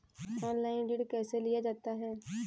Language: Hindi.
ऑनलाइन ऋण कैसे लिया जाता है?